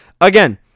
again